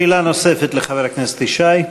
שאלה נוספת לחבר הכנסת ישי.